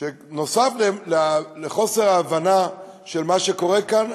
שנוסף על חוסר ההבנה של מה שקורה כאן,